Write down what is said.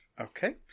Okay